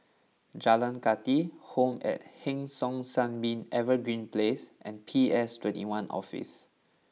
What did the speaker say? Jalan Kathi Home at Hong San Sunbeam Evergreen Place and P S twenty one Office